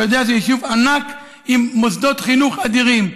אתה יודע, זה יישוב ענק עם מוסדות חינוך אדירים.